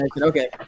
Okay